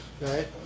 Right